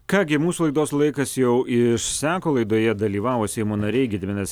ką gi mūsų laidos laikas jau išseko laidoje dalyvavo seimo nariai gediminas